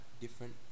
different